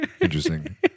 Interesting